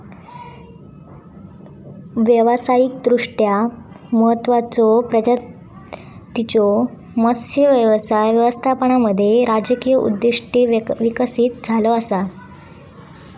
व्यावसायिकदृष्ट्या महत्त्वाचचो प्रजातींच्यो मत्स्य व्यवसाय व्यवस्थापनामध्ये राजकीय उद्दिष्टे विकसित झाला असा